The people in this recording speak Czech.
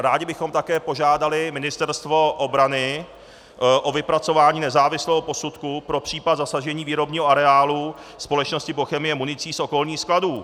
Rádi bychom také požádali Ministerstvo obrany o vypracování nezávislého posudku pro případ zasažení výrobního areálu společnosti Bochemie municí z okolních skladů.